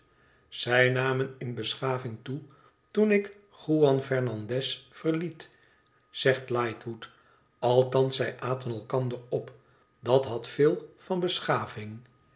zij namen in beschaving toe toen ik juan femandez verliet zegt lightwood althans zij aten elkander op dat had veel van beschaving